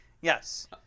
Yes